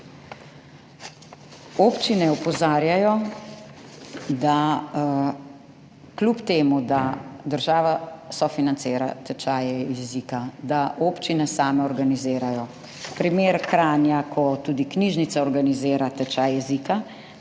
Občine opozarjajo, da kljub temu da država sofinancira tečaje jezika, da občine same organizirajo, primer Kranja, ko tudi knjižnica organizira tečaj jezika,